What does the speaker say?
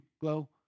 Glow